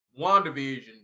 WandaVision